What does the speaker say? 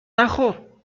نخور